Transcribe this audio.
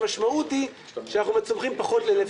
המשמעות היא שאנחנו צורכים פחות לנפש.